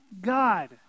God